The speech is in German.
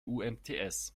umts